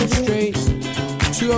straight